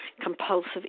compulsive